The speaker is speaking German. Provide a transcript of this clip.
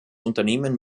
unternehmen